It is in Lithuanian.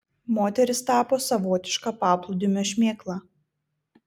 moteris tapo savotiška paplūdimio šmėkla